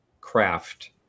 craft